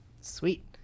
Sweet